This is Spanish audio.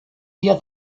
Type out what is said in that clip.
día